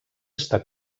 està